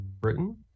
Britain